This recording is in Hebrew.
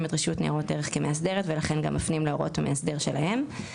את רשויות ניירות ערך כמאסדרת ולכן גם מפנים להוראות המאסדר שלהם.